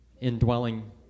indwelling